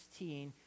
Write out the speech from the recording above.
16